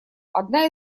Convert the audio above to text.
одна